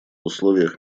условиях